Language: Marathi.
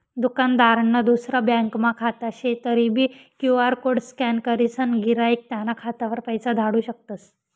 दुकानदारनं दुसरा ब्यांकमा खातं शे तरीबी क्यु.आर कोड स्कॅन करीसन गिराईक त्याना खातावर पैसा धाडू शकतस